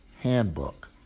handbook